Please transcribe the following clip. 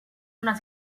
una